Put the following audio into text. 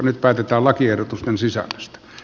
nyt päätetään lakiehdotusten sisällöstä